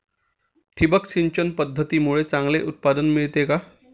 ठिबक सिंचन पद्धतीमुळे चांगले उत्पादन मिळते का?